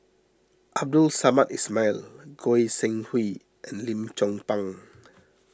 Abdul Samad Ismail Goi Seng Hui and Lim Chong Pang